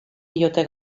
diote